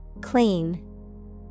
Clean